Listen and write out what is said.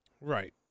Right